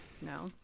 No